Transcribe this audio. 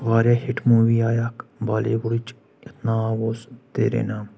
واریاہ hit movie آیہِ اکھ بالی وُڈٕچ یتھ ناو اوس تیرے نام